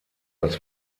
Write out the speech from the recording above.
das